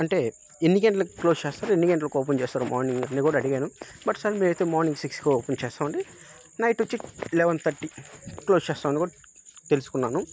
అంటే ఎన్ని గంటలకు క్లోజ్ చేస్తారు ఎన్ని గంటలకు ఓపెన్ చేస్తారు మార్నింగ్ అని కూడా అడిగాను బట్ సార్ మీతో మార్నింగ్ సిక్స్కో ఓపెన్ చేస్తాం అండి నైట్ వచ్చి లెవెన్ థర్టీ క్లోజ్ చేస్తామని కూడా తెలుసుకున్నాను